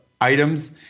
items